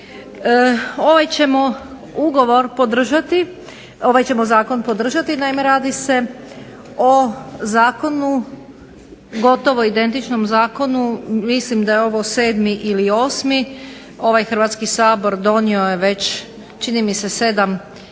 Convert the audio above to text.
ovaj ćemo Zakon podržati naime radi se o Zakonu gotovo identičnom, mislim da je ovo 7. ili 8. ovaj Hrvatski sabor donio je već 8 Zakona kojima